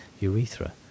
urethra